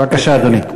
בבקשה, אדוני.